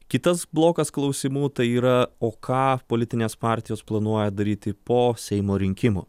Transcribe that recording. kitas blokas klausimų tai yra o ką politinės partijos planuoja daryti po seimo rinkimų